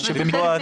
--- שר העבודה,